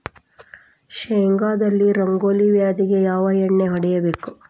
ಶೇಂಗಾದಲ್ಲಿ ರಂಗೋಲಿ ವ್ಯಾಧಿಗೆ ಯಾವ ಎಣ್ಣಿ ಹೊಡಿಬೇಕು?